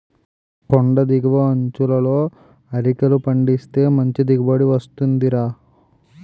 కొండి దిగువ అంచులలో అరికలు పండిస్తే మంచి దిగుబడి వస్తుందిరా